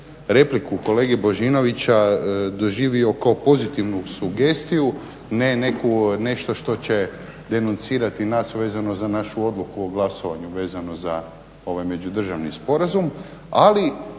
repliku kolege Božinovića doživio kao pozitivnu sugestiju ne nešto što će denuncirati nas vezano za našu odluku o glasovanju vezano za ovaj među državni sporazum. Ali